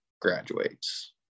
graduates